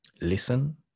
listen